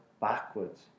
backwards